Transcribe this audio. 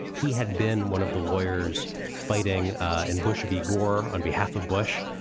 he had been one of the lawyers fighting in bush v. gore on behalf of bush.